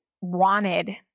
wanted